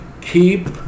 keep